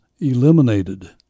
eliminated